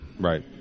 Right